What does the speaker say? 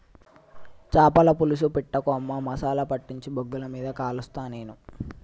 చాపల పులుసు పెట్టకు అమ్మా మసాలా పట్టించి బొగ్గుల మీద కలుస్తా నేను